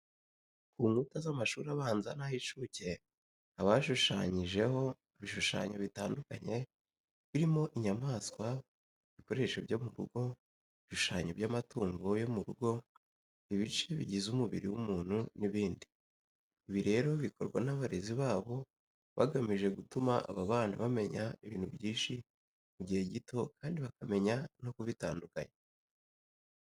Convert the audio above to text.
Ku nkuta z'amashuri abanza n'ay'incuke haba hashushanyijeho ibishushanyo bitandukanye birimo inyamaswa, ibikoresho byo mu rugo, ibishushanyo by'amatungo yo mu rugo, ibice bigize umubiri w'umuntu n'ibindi. Ibi rero bikorwa n'abarezi babo bagamije gutuma aba bana bamenya ibintu byinshi mu gihe gito kandi bakamenya no kubitandukanya.